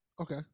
Okay